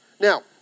Now